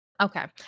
Okay